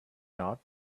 not